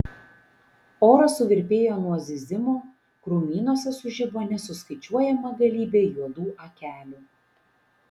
oras suvirpėjo nuo zyzimo krūmynuose sužibo nesuskaičiuojama galybė juodų akelių